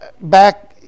back